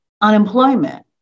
unemployment